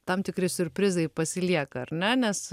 tam tikri siurprizai pasilieka ar ne nes